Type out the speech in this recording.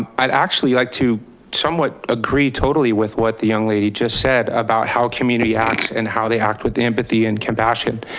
i'd actually like to somewhat agree totally with what the young lady just said about how community acts and how they act with empathy and compassion.